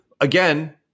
again